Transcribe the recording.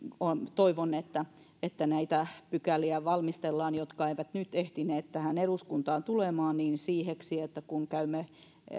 toivon että että näitä pykäliä jotka eivät nyt ehtineet eduskuntaan tulemaan valmistellaan siiheksi kun käymme